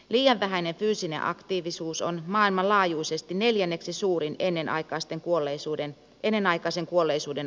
liian vähäinen fyysinen aktiivisuus on maailmanlaajuisesti neljänneksi suurin ennenaikaisen kuolleisuuden aiheuttaja